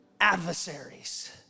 adversaries